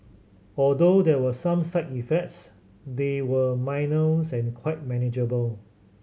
although there were some side effects they were minors and quite manageable